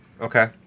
Okay